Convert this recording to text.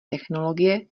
technologie